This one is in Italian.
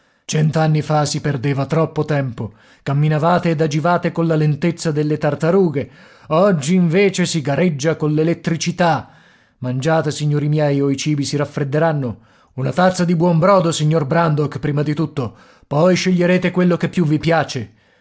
cent'anni fa si perdeva troppo tempo camminavate ed agivate colla lentezza delle tartarughe oggi invece si gareggia coll'elettricità mangiate signori miei o i cibi si raffredderanno una tazza di buon brodo signor brandok prima di tutto poi sceglierete quello che più vi piace